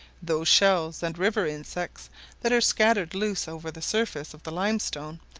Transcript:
those shells and river-insects that are scattered loose over the surface of the limestone,